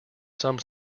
some